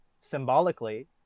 symbolically